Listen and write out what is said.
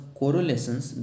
correlations